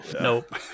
Nope